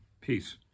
Peace